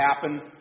happen